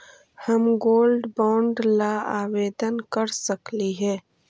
हम gold bond ला आवेदन कर सकली हे?